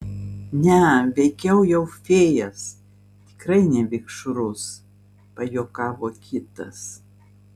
ne veikiau jau fėjas tikrai ne vikšrus pajuokavo kitas